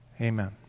Amen